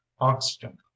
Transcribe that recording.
oxygen